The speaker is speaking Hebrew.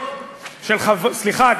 סליחה,